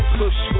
push